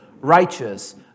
righteous